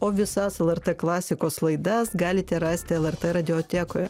o visas lrt klasikos laidas galite rasti lrt radiotekoje